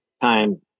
time